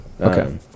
Okay